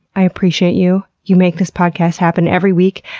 i appreciate you. you make this podcast happen every week.